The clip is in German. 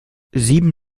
sieben